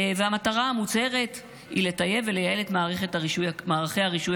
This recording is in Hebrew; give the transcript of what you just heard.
והמטרה המוצהרת היא לטייב ולייעל את מערכי הרישוי